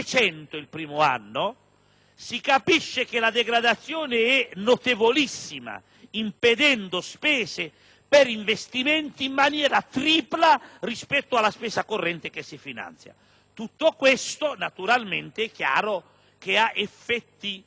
si capisce che la degradazione è notevolissima e impedisce spese per investimenti in maniera tripla rispetto alla spesa corrente che si finanzia. Chiaramente, tutto questo ha effetti notevoli.